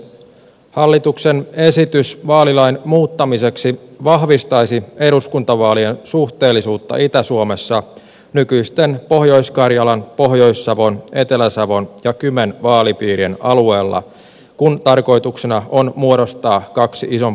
hallituksen esitys vaalilain muuttamiseksi vahvistaisi eduskuntavaalien suhteellisuutta itä suomessa nykyisten pohjois karjalan pohjois savon etelä savon ja kymen vaalipiirien alueella kun tarkoituksena on muodostaa kaksi isompaa vaalipiiriä